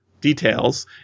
details